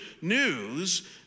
news